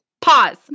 Pause